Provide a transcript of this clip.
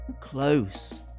close